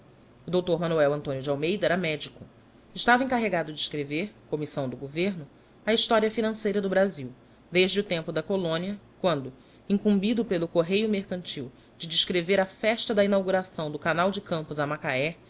dr manoel antónio de almeida era medico estáva encarregado de escrever commissão do governo a jiistoria financeira do brasil desde o tempo da colónia quando incumbido pelo correio mercantil de descrever a festa da inauguração do canal de campos a macahé